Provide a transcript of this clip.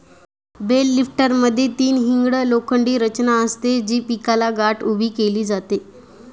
bell लिफ्टरमध्ये तीन hinged लोखंडी रचना असते, जी पिकाची गाठ उभी केली जाते